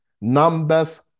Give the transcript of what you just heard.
numbers